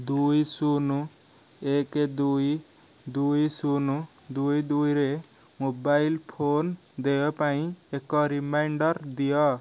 ଦୁଇ ଶୂନ ଏକ ଦୁଇ ଦୁଇ ଶୂନ ଦୁଇ ଦୁଇରେ ମୋବାଇଲ ଫୋନ ଦେୟ ପାଇଁ ଏକ ରିମାଇଣ୍ଡର୍ ଦିଅ